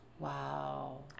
Wow